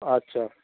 আচ্ছা